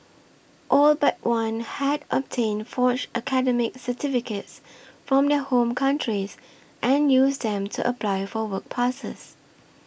all but one had obtained forged academic certificates from their home countries and used them to apply for work passes